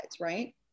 right